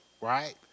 right